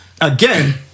again